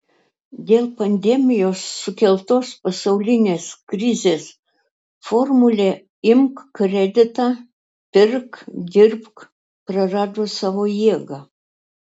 dėl pandemijos sukeltos pasaulinės krizės formulė imk kreditą pirk dirbk prarado savo jėgą